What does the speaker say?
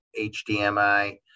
HDMI